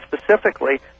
specifically